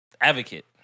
advocate